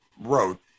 wrote